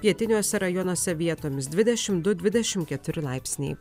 pietiniuose rajonuose vietomis dvidešimt du dvidešimt keturi laipsniai